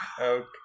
Okay